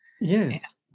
Yes